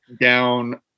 down